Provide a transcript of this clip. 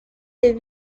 les